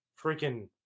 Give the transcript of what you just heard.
freaking